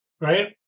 right